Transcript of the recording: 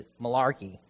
malarkey